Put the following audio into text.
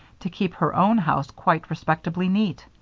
to keep her own house quite respectably neat.